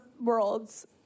worlds